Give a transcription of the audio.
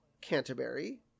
Canterbury